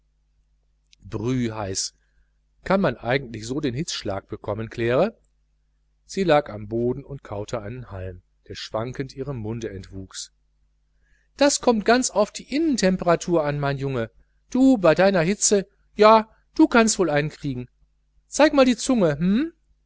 brühheiß kann man eigentlich so den hitzschlag bekommen claire sie lag am boden und kaute einen halm der schwankend ihrem munde entwuchs das kommt ganz auf die innentemperatur an mein junge du bei deiner hitze ja du kannst wohl einen kriegen zeig mal die zunge